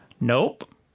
Nope